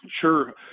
Sure